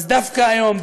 אז דווקא היום,